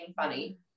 funny